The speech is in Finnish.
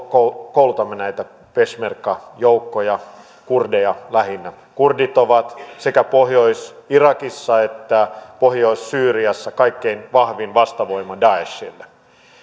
koulutamme näitä peshmerga joukkoja kurdeja lähinnä kurdit ovat sekä pohjois irakissa että pohjois syyriassa kaikkein vahvin vastavoima daeshille